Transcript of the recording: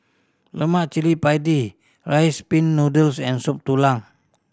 lemak cili padi Rice Pin Noodles and Soup Tulang